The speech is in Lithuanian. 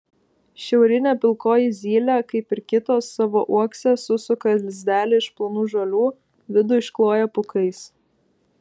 šiaurinė pilkoji zylė kaip ir kitos savo uokse susuka lizdelį iš plonų žolių vidų iškloja pūkais